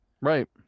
Right